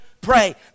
pray